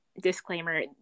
disclaimer